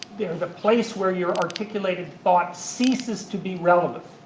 they're the place where your articulated thought ceases to be relevant.